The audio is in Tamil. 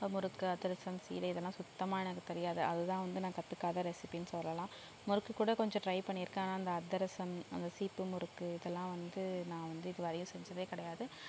முறுக்கு அதிரசம் சீடை இதலாம் சுத்தமாக எனக்கு தெரியாது அது தான் வந்து நான் கற்றுக்காத ரெஸிபின்னு சொல்லலாம் முறுக்கு கூட கொஞ்சம் ட்ரை பண்ணியிருக்கேன் ஆனால் அந்த அதிரசம் அந்த சீப்பு முறுக்கு இதலாம் வந்து நான் வந்து இது வரையும் செஞ்சது கிடையாது